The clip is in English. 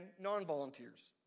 non-volunteers